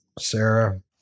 Sarah